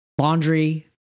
laundry